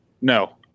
no